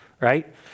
right